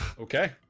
Okay